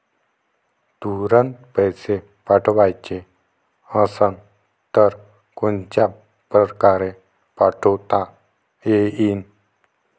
तुरंत पैसे पाठवाचे असन तर कोनच्या परकारे पाठोता येईन?